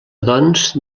doncs